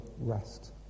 rest